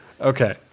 okay